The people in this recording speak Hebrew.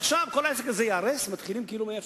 ועכשיו כל העסק הזה ייהרס, מתחילים כאילו מאפס.